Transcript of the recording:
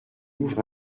ouvre